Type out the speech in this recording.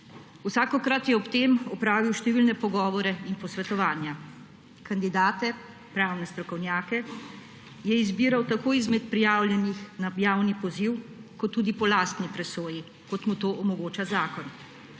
Vsakokrat je ob tem opravil številne pogovore in posvetovanja. Kandidate, pravne strokovnjake, je izbiral tako izmed prijavljenih na javni poziv kot tudi po lastni presoji, kot mu to omogoča zakon,